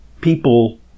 people